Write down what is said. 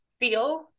feel